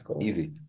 easy